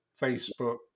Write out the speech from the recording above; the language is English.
Facebook